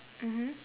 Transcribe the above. mmhmm